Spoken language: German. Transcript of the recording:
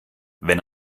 wenn